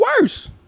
worse